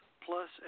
plus